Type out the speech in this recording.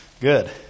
Good